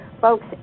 Folks